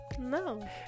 no